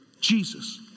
Jesus